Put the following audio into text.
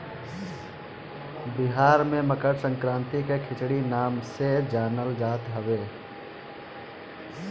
बिहार में मकरसंक्रांति के खिचड़ी नाम से जानल जात हवे